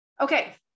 Okay